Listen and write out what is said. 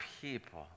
people